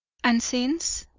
and since?